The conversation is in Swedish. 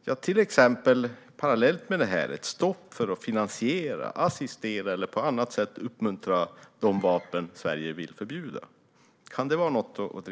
Vi kan till exempel parallellt med detta driva ett stopp för att finansiera, assistera eller på annat sätt uppmuntra de vapen Sverige vill förbjuda. Kan det kanske vara något?